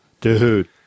Dude